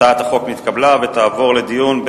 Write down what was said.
הצעת החוק נתקבלה ותעבור לדיון,